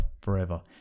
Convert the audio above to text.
forever